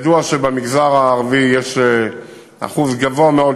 ידוע שבמגזר הערבי יש אחוז גבוה מאוד,